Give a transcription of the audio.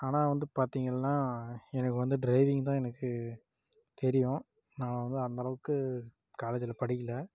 ஆனால் வந்து பார்த்திங்கனா எனக்கு வந்து ட்ரைவிங் எனக்கு தெரியும் நான் வந்து அந்தளவுக்கு காலேஜில் படிக்கலை